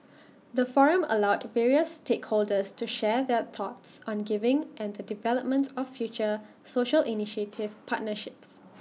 the forum allowed various stakeholders to share their thoughts on giving and the development of future social initiative partnerships